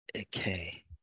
Okay